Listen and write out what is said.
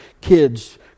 kids